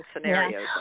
scenarios